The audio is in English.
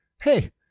hey